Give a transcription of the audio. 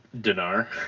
Dinar